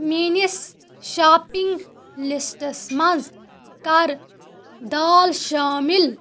میٛٲنِس شاپنٛگ لِسٹَس منٛز کَر دال شامِل